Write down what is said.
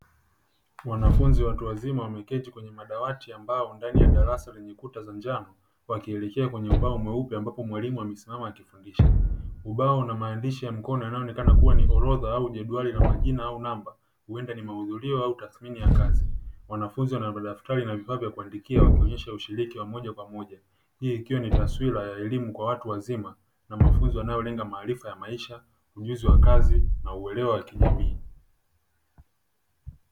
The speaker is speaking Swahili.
Wanafunzi watu wazima wameketi kwenye madawati ndani ya darasa lenye kuta za njano, wakielekea kwenye ubao mweupe ambapo mwalimu amesimama akifundisha; vibao na maandishi ya mkono vinaonekana kuwa ni orodha au jedwali la majina au namba, huenda ni mahudhurio au tathmini ya kazi. Wanafunzi wana madaftari na vifaa vya kuandikia, wakionyesha ushiriki wa moja kwa moja, hii ikiwa ni taswira ya elimu kwa watu wazima na mafunzo yanayolenga maarifa ya maisha, ujuzi wa kazi na uelewa wa kijamii.